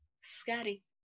Scotty